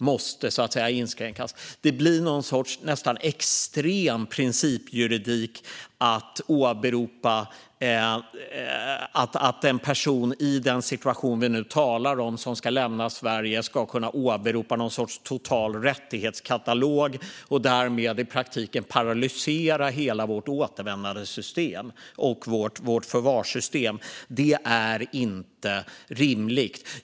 Testning vid verkställighet av utvisningsbeslut Det blir nästan en sorts extrem principjuridik att en person som är i situationen att man ska lämna Sverige ska kunna åberopa något slags total rättighetskatalog och därmed i praktiken paralysera hela vårt återvändandesystem och förvarssystem. Det är inte rimligt.